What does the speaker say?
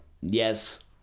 yes